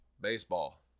baseball